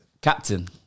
Captain